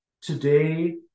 Today